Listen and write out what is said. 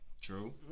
True